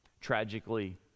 Tragically